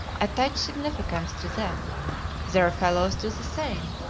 attach significance to them their fellows do the same,